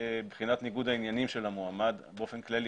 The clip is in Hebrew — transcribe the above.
בחינת ניגוד העניינים של המועמד באופן כללי,